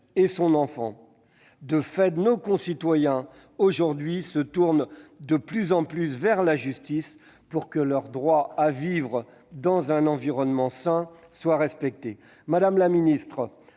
et son enfant. De fait, nos concitoyens se tournent de plus en plus vers la justice pour que leur droit à vivre dans un environnement sain soit respecté. Madame la ministre,